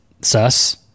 sus